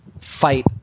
fight